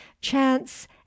chance